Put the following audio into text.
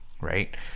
right